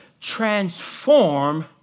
transform